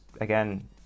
again